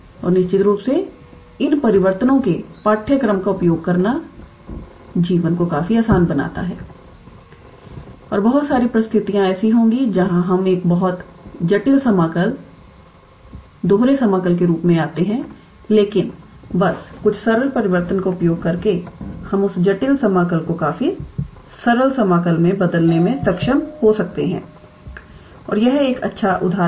और निश्चित रूप से इन परिवर्तनों के पाठ्यक्रम का उपयोग करना जीवन को काफी आसान बनाता है और बहुत सारी परिस्थितियां होंगी जहां हम एक बहुत जटिल समाकल दोहरे समाकल के रूप में आते हैं लेकिन बस कुछ सरल परिवर्तन का उपयोग करके हम उस जटिल समाकल को काफी सरल समाकल में बदलने में सक्षम हो सकते हैं और यह एक ऐसा उदाहरण है